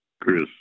Chris